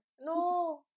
no